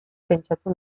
pentsatu